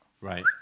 Right